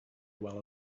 while